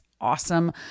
awesome